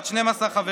בת 12 חברים,